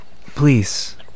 Please